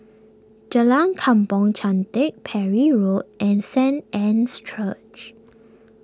Jalan Kampong Chantek Parry Road and Saint Anne's Church